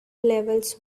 levels